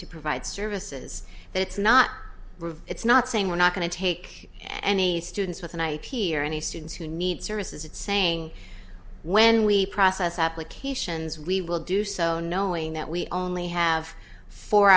to provide services it's not it's not saying we're not going to take any students with a night he or any students who need services it's saying when we process applications we will do so knowing that we only have four